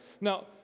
Now